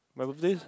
like was this